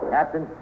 Captain